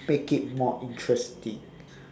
make it more interesting